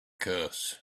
curse